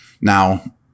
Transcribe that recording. Now